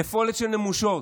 נפולת של נמושות.